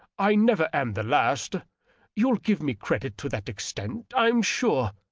i never am the last you'll give me credit to that extent, i'm sure.